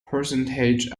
percentages